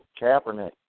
Kaepernick